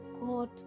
god